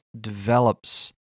develops